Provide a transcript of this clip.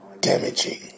damaging